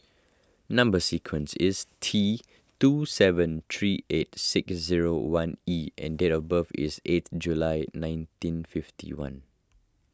Number Sequence is T two seven three eight six zero one E and date of birth is eighth July nineteen fifty one